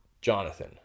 Jonathan